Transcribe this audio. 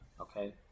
Okay